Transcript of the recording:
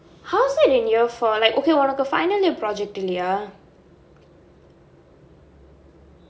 how's that in year four like okay உனக்கு:unakku final year project இல்லையா:illaiyaa